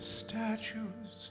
statues